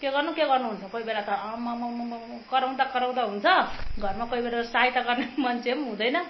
के गर्नु के गर्नु हुन्छ कोहि बेला त आमामामामा कराउँदा कराउँदा हुन्छ घरमा कोहि बेला सहायता गर्ने मन्छे पनि हुँदैन